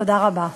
תודה רבה.